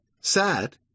Sad